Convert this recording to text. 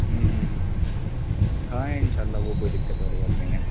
ہاں انشاء اللہ وہ کوئی دقت والی بات نہیں ہے